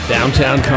Downtown